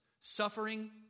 Suffering